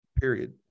Period